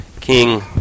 King